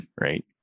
right